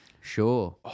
sure